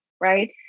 right